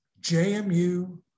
JMU